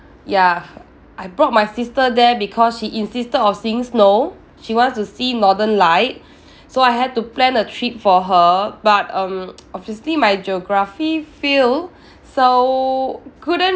ya I brought my sister there because she insisted on seeing snow she wants to see northern light so I had to plan a trip for her but um obviously my geography fail so couldn't